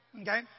Okay